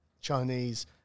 Chinese